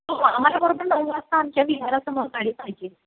हो आम्हाला बरोबर नऊ वाजता आमच्या विहारासमोर गाडी पाहिजे